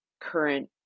current